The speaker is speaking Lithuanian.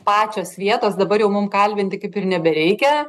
pačios vietos dabar jau mum kalbinti kaip ir nebereikia